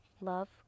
Love